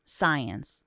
science